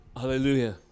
Hallelujah